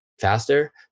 faster